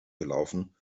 gelaufen